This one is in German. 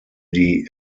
die